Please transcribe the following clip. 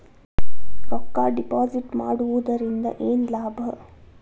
ರೊಕ್ಕ ಡಿಪಾಸಿಟ್ ಮಾಡುವುದರಿಂದ ಏನ್ ಲಾಭ?